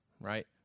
right